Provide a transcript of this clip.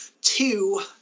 two